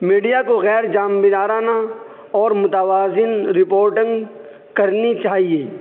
media کو غیر جانبدارانہ اور متوازن رپورٹنگ کرنی چاہیے